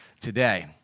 today